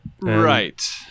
right